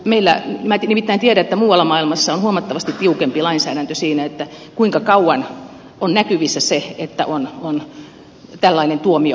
minä nimittäin tiedän että muualla maailmassa on huomattavasti tiukempi lainsäädäntö siinä kuinka kauan on näkyvissä se että on tällainen tuomio henkilöllä olemassa